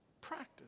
Practice